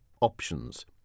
options